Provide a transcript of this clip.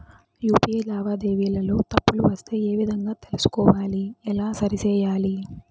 UPI లావాదేవీలలో తప్పులు వస్తే ఏ విధంగా తెలుసుకోవాలి? ఎలా సరిసేయాలి?